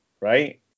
right